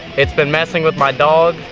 it's been messing with my dogs,